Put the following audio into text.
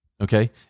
Okay